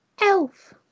elf